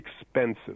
expensive